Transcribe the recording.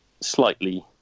slightly